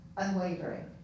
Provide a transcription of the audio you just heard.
unwavering